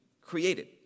created